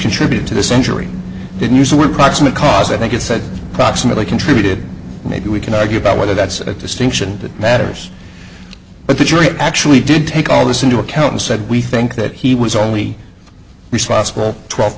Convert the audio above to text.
contributed to this injury didn't use the word proximate cause i think it said proximately contributed maybe we can argue about whether that's a distinction that matters but the jury actually did take all this into account and said we think that he was only responsible twelve